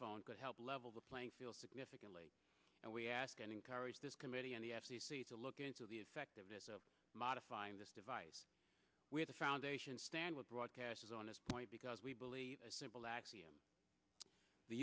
phone could help level the playing field significantly and we ask and encourage this committee and the f c c to look into the effectiveness of modifying this device with a foundation stand with broadcasters on this point because we believe a simple axiom the